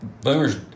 Boomer's